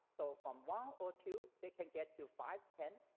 so from one or two, they can get to five, ten.